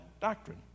doctrine